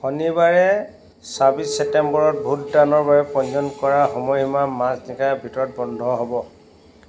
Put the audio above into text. শনিবাৰে চাব্বিছ ছেপ্টেম্বৰত ভোটদানৰ বাবে পঞ্জীয়ন কৰাৰ সময়সীমা মাজনিশাৰ ভিতৰত বন্ধ হ'ব